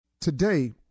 Today